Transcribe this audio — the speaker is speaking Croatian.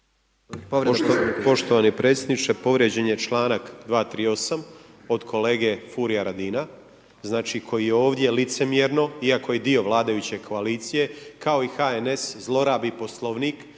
Poštovani predsjedniče, povrijeđen je članak 238., od kolege Furija Radina, znači koji je ovdje licemjerno iako je dio vladajuće koalicije kao i HNS, zlorabi Poslovnik